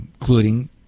including